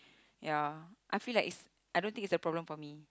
ya I feel like is I don't think it's a problem for me